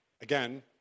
Again